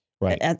right